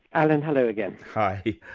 alan, hello again. hi.